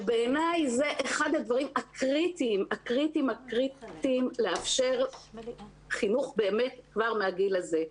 בעיני זה אחד הדברים הקריטיים לאפשר חינוך באמת כבר מהגיל הזה.